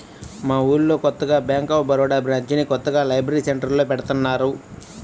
మా ఊళ్ళో కొత్తగా బ్యేంక్ ఆఫ్ బరోడా బ్రాంచిని కొత్తగా లైబ్రరీ సెంటర్లో పెడతన్నారు